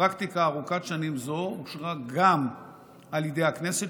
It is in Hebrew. פרקטיקה ארוכות שנים זו אושרה גם על ידי הכנסת,